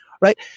right